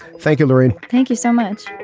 thank you lorraine thank you so much